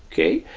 okay?